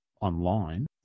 online